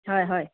হয় হয়